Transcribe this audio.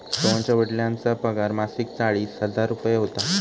सोहनच्या वडिलांचा पगार मासिक चाळीस हजार रुपये होता